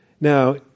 Now